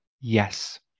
Yes